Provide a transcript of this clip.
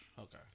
Okay